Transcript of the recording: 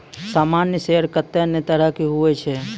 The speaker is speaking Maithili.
सामान्य शेयर कत्ते ने तरह के हुवै छै